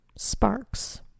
Sparks